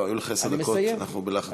לא, היו לך עשר דקות, אנחנו בלחץ זמן.